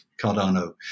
Cardano